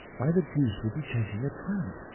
why the deuce was he chasing a tramp?